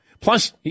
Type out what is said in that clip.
plus